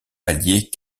alliés